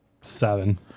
Seven